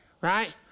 Right